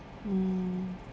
mm